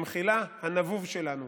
במחילה, הנבוב שלנו.